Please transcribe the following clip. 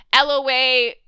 LOA